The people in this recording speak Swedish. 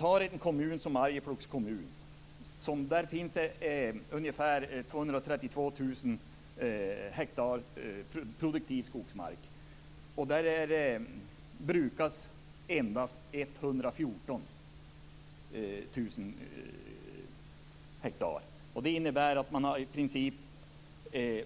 I en kommun som Arjeplog, där det finns ungefär 232 000 hektar. Det innebär att man i princip